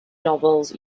novels